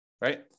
Right